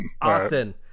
Austin